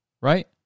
right